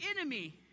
enemy